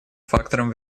фактором